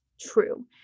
true